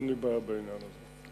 ואני בעד העניין הזה.